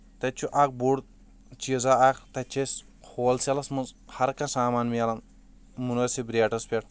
تَتہِ چھُ اَکھ بوٚڈ چیٖزا اَکھ تَتہِ چھِ أسۍ ہول سیلَس منٛز ہَر کانٛہہ سامان مِلان مَنٲسِب ریٹَس پٮ۪ٹھ